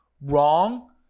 wrong